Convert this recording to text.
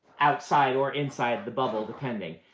outside or inside the bubble, depending.